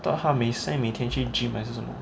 thought 他每次每天去 gym 还是什么